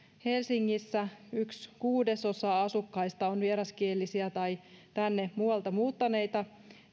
helsingissä yksi kuudesosa asukkaista on vieraskielisiä tai tänne muualta muuttaneita